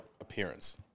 appearance